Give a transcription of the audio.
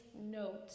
note